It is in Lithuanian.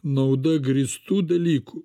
nauda grįstų dalykų